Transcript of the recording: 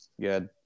Good